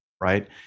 right